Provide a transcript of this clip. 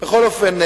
בכל אופן,